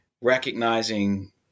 recognizing